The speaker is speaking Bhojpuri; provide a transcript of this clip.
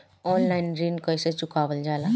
ऑनलाइन ऋण कईसे चुकावल जाला?